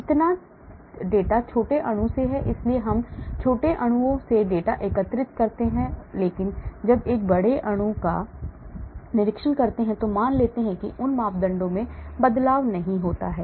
इतना डेटा छोटे अणु से है इसलिए हम छोटे अणुओं से डेटा एकत्र करते हैं लेकिन जब एक बड़े अणु का निरीक्षण करते हैं तो मान लेते हैं कि उन मापदंडों में बदलाव नहीं होता है